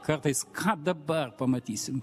kartais ką dabar pamatysim